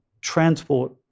transport